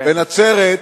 בנצרת,